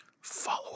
Follow